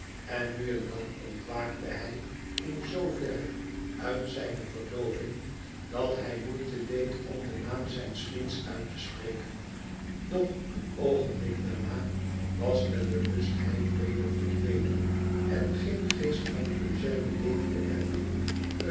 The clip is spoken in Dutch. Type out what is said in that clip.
en nu en dan ontwaakte hij in zooverre uit zijne verdooving dat hij moeite deed om den naam zijns vriends uit te brengen doch een oogenblik daarna was de bewustheid weder verdwenen en geen geest van ëugène leefde er